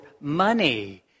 money